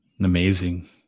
Amazing